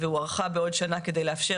היא הוארכה בעוד שנה כדי לאפשר,